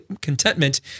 contentment